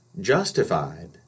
justified